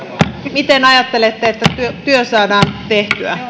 miten ajattelette että työ työ saadaan tehtyä